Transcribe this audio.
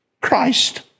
Christ